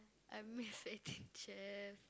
I miss Eighteen-Chef